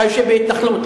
אתה יושב בהתנחלות,